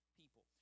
people